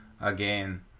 again